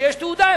וכשיש תעודה,